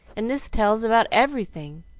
and this tells about everything.